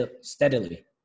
steadily